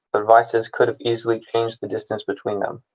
the devices could have easily changed the distance between them,